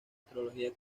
astrología